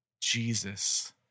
Jesus